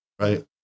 right